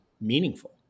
meaningful